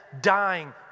dying